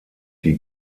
die